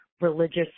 religious